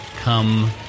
come